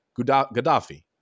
Gaddafi